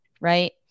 right